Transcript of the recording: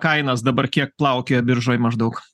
kainas dabar kiek plaukioja biržoj maždaug